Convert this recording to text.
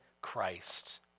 Christ